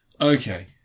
Okay